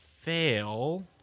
fail